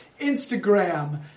Instagram